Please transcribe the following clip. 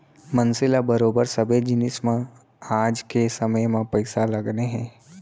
मनसे ल बरोबर सबे जिनिस म आज के समे म पइसा लगने हे